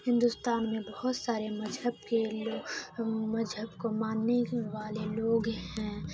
ہندوستان میں بہت سارے مذہب کے لوگ مذہب کو ماننے والے لوگ ہیں